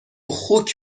خوک